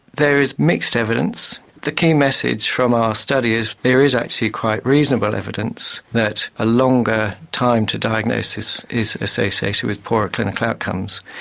there is mixed evidence. the key message from our study is there is actually quite reasonable evidence that a longer time to diagnosis is associated with poorer clinical outcomes.